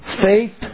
faith